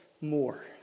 more